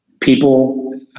people